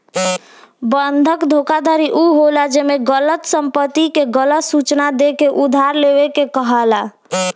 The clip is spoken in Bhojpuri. बंधक धोखाधड़ी उ होला जेमे गलत संपत्ति के गलत सूचना देके उधार लेवे के कहाला